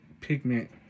pigment